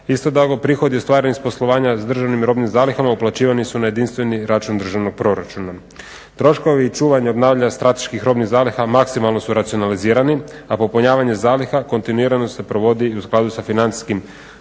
Isto tako prihodi ostvareni s poslovanja s državnim robnim zalihama uplaćivani su na jedinstveni račun državnog proračuna. Troškovi i čuvanje i obnavljanje strateških robnih zaliha maksimalno su racionalizirani a popunjavanje zaliha kontinuirano se provodi i u skladu sa financijskim